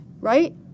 Right